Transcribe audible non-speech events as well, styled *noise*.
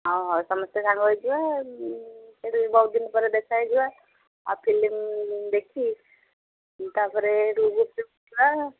ହଁ ହଁ ସମସ୍ତେ ସାଙ୍ଗ ହେଇଯିବା ସେଇଠି ବହୁତ ଦିନ ପରେ ଦେଖା ହେଇଯିବା ଆଉ ଫିଲ୍ମ ଦେଖି ତା'ପରେ ହେଠାରୁ ଗୁପ୍ଚୁପ୍ ଖାଇବା *unintelligible*